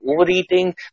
overeating